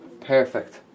Perfect